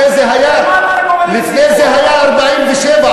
לפני זה היה 1947,